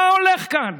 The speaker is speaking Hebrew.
מה הולך כאן?